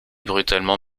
brutalement